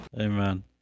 amen